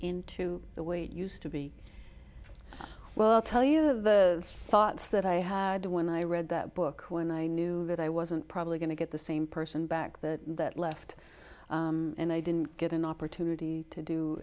into the way it used to be well tell you the thoughts that i had when i read that book when i knew that i wasn't probably going to get the same person back that that left and i didn't get an opportunity to do